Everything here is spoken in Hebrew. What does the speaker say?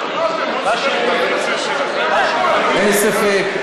אין ספק,